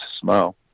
smile